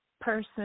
person